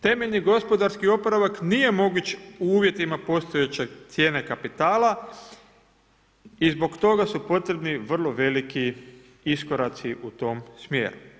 Temeljni gospodarski oporavak nije moguć u uvjetima postojeće cijene kapitala i zbog toga su potrebni vrlo veliki iskoraci u tom smjeru.